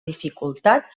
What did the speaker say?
dificultat